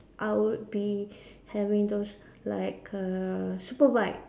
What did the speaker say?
I would be having those like err super bike